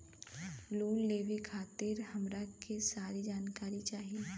Loan लेवे खातीर हमरा के सारी जानकारी चाही?